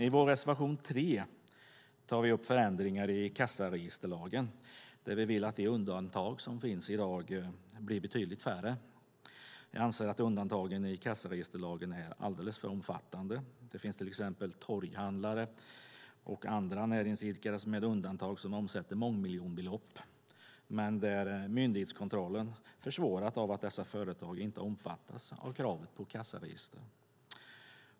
I vår reservation 3 tar vi upp förändringar i kassaregisterlagen, där vi vill att de undantag som finns i dag blir betydligt färre. Vi anser att undantagen i kassaregisterlagen är alldeles för omfattande. Det finns till exempel torghandlare och andra näringsidkare med undantag som omsätter mångmiljonbelopp, men där myndighetskontrollen försvåras av att dessa företag inte omfattas av kravet på kassaregister.